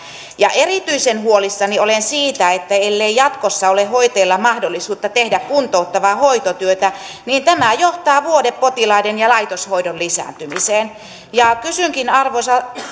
ja erityisen huolissani olen siitä että ellei jatkossa ole hoitajilla mahdollisuutta tehdä kuntouttavaa hoitotyötä niin tämä johtaa vuodepotilaiden ja laitoshoidon lisääntymiseen kysynkin arvoisalta